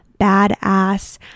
badass